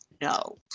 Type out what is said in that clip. No